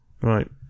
Right